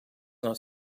not